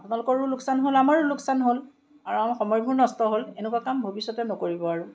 আপোনালোকৰো লোকচান হ'ল আমাৰো লোকচান হ'ল আৰু আমাৰ সময়বোৰো নষ্ট হ'ল এনেকুৱা কাম ভবিষ্য়তে নকৰিব আৰু